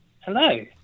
hello